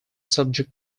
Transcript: subject